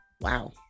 wow